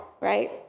Right